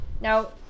Now